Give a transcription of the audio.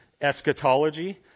eschatology